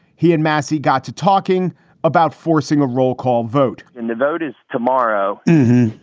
he and masih got to talking about forcing a roll call vote and the vote is tomorrow.